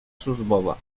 służbowa